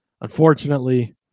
Unfortunately